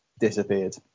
disappeared